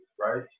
right